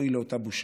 אוי לאותה בושה.